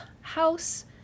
house